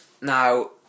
Now